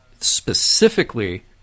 specifically